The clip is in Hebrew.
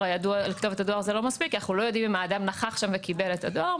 הידועה זה לא מספיק כי אנחנו לא יודעים אם האדם נכח שם וקיבל את הדואר.